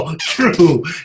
true